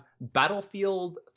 Battlefield